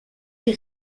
die